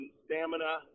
stamina